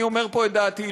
אני אומר פה את דעתי,